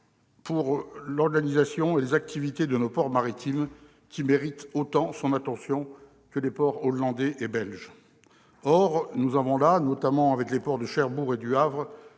sur l'organisation et les activités de nos ports maritimes. Ces derniers méritent autant son attention que les ports hollandais et belges. Je pense notamment aux ports de Cherbourg et du Havre,